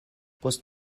post